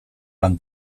lan